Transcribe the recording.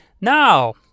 Now